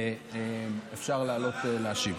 ואפשר לעלות להשיב.